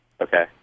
okay